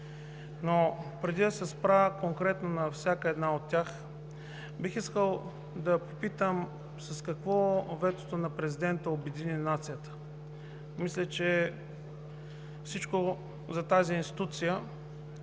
Но преди да се спра конкретно на всяка една от тях, бих искал да попитам с какво ветото на Президента обедини нацията? Мисля, че тази институция,